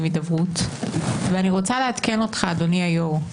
הידברות ואני רוצה לעדכן אותך אדוני היושב ראש.